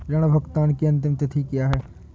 ऋण भुगतान की अंतिम तिथि क्या है?